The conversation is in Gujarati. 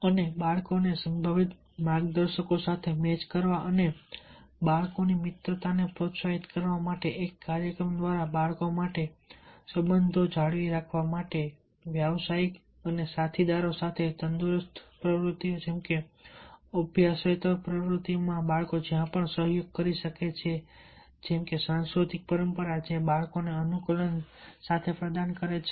અને બાળકોને સંભવિત માર્ગદર્શકો સાથે મેચ કરવા અને બાળકોની મિત્રતાને પ્રોત્સાહિત કરવા માટે એક કાર્યક્રમ દ્વારા બાળકો માટે સંબંધો જાળવી રાખવા માટે વ્યાવસાયિક સાથીદારો સાથે તંદુરસ્ત પ્રવૃત્તિઓ જેમ કે અભ્યાસેતર પ્રવૃત્તિઓમાં બાળકો જ્યાં પણ સહયોગ કરી શકે છે સાંસ્કૃતિક પરંપરા જે બાળકોને અનુકૂલન સાથે પ્રદાન કરે છે